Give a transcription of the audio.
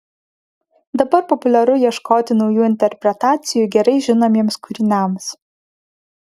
dabar populiaru ieškoti naujų interpretacijų gerai žinomiems kūriniams